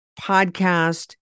podcast